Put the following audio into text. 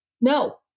no